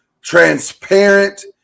transparent